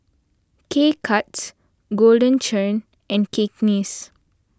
K Cuts Golden Churn and Cakenis